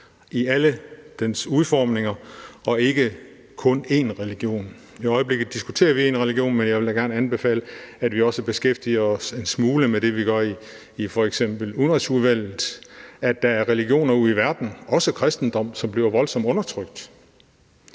i alle dens udformninger og ikke kun én religion. I øjeblikket diskuterer vi én religion, men jeg vil da gerne anbefale, at vi også beskæftiger os en smule med det, vi gør i f.eks. Udenrigsudvalget, nemlig at der er religioner ude i verden, også kristendom, som bliver voldsomt undertrykt.